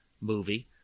movie